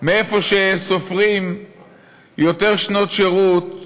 איפה שסופרים יותר שנות שירות,